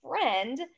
friend